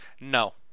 No